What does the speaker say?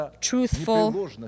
truthful